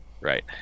Right